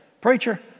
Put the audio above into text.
preacher